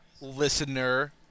Listener